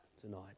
tonight